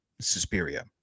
Suspiria